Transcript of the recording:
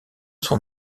son